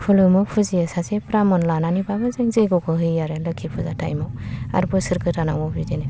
खुलुमो फुजियो सासे ब्रामन लानानैबाबो जों जैग'खौ होयो आरो लोखि फुजा टाइमआव आर बोसोर गोदानावबो बिदिनो